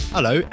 Hello